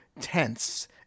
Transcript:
tense